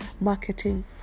marketing